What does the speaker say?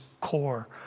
core